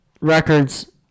Records